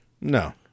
No